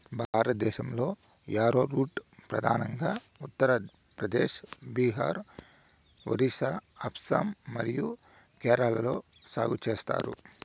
భారతదేశంలో, యారోరూట్ ప్రధానంగా ఉత్తర ప్రదేశ్, బీహార్, ఒరిస్సా, అస్సాం మరియు కేరళలో సాగు చేస్తారు